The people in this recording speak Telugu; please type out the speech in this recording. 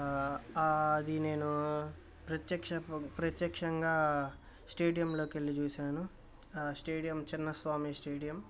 అది నేను ప్రత్యక్షంగా స్టేడియంలోకి వెళ్లి చూశాను స్టేడియం చిన్నస్వామి స్టేడియం